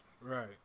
Right